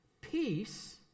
Peace